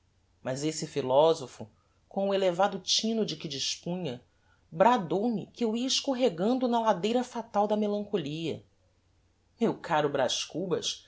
mas esse philosopho com o elevado tino de que dispunha bradou me que eu ia escorregando na ladeira fatal da melancolia meu caro braz cubas